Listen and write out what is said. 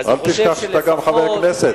אל תשכח שאתה גם חבר הכנסת.